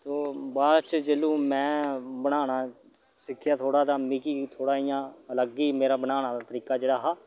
तो बाद च जेल्लू में बनाना सिक्खेआ थोह्ड़ा तां मिगी थोह्ड़ा इयां अलग ही मेरा बनाना दा तरीका जेह्ड़ा हा